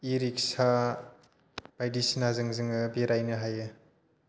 E rickshaw बायदिसिनाजों जोङो बेरायनो हायो